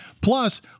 Plus